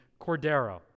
Cordero